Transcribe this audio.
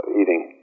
eating